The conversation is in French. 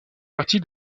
partie